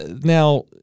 Now